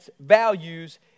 values